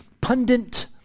Pundit